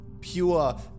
pure